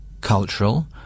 cultural